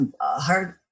hard